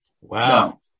Wow